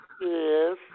Yes